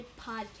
podcast